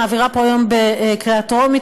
מעבירה פה היום בקריאה טרומית,